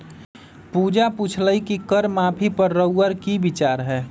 पूजा पुछलई कि कर माफी पर रउअर कि विचार हए